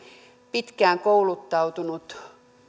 pitkään kouluttautunut on